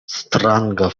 stranga